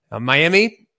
Miami